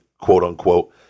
quote-unquote